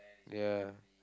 ya